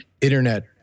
internet